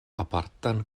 apartan